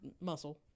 muscle